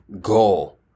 goal